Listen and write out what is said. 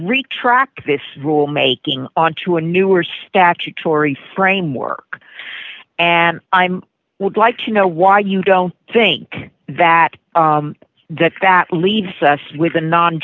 retract this rulemaking onto a newer statutory framework and i'm would like to know why you don't think that that that leaves us with a no